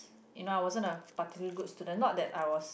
you know I wasn't a particular good student not that I was